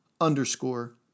underscore